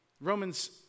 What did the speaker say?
Romans